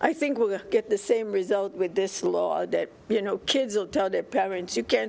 i think we get the same result with this law that you know kids will tell their parents you can't